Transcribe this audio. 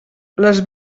les